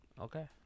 Okay